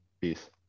Peace